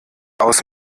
aus